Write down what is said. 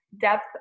depth